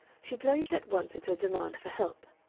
she plunged at once into a demand for help.